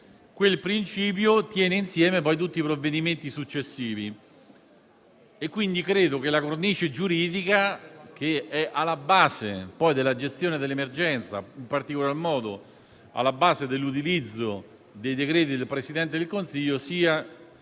Quel principio tiene insieme tutti i provvedimenti successivi. Credo, quindi, che la cornice giuridica alla base della gestione dell'emergenza e, in particolar modo, dell'utilizzo dei decreti del Presidente del Consiglio sia